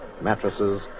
mattresses